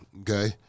okay